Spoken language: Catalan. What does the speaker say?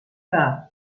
que